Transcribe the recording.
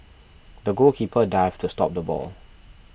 the goalkeeper dived to stop the ball